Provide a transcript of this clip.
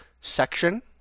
section